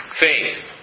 faith